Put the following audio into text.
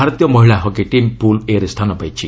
ଭାରତୀୟ ମହିଳା hockey team pool 'ଏ'ରେ ସ୍ଥାନ ପାଇଛି